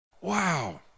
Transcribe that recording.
wow